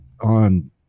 on